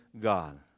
God